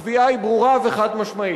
הקביעה היא ברורה וחד-משמעית.